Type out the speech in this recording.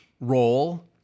role